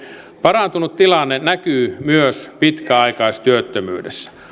parantunut tilanne näkyy myös pitkäaikaistyöttömyydessä